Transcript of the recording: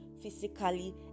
physically